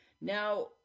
Now